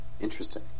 Interesting